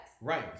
Right